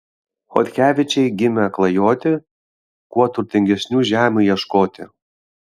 chodkevičiai gimę klajoti kuo turtingesnių žemių ieškoti